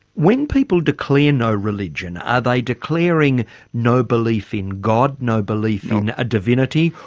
when people declare no religion are they declaring no belief in god, no belief in a divinity?